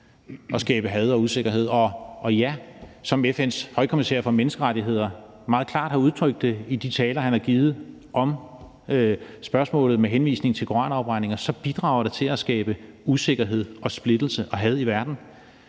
og skabe had og usikkerhed. Og ja, som FN's højkommissær for menneskerettigheder meget klart har udtrykt det i de taler, han har givet om spørgsmålet, med henvisning til koranafbrændinger, så bidrager det til at skabe usikkerhed og splittelse og had i verden.